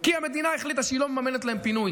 על חוף הים כי המדינה החליטה שהיא לא מממנת להם פינוי,